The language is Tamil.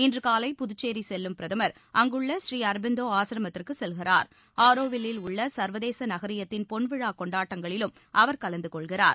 இன்று காலை புதுச்சேரி செல்லும் பிரதமர் அங்குள்ள ஸ்ரீஅரபிந்தோ ஆசிரமத்திற்கு செல்கிறார்ஆரோவில்லில் உள்ள சர்வதேச நகரியத்தின் பொன்விழாக் கொண்டாட்டங்களிலும் அவர் கலந்து கொள்கிறார்